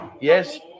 yes